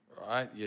right